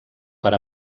per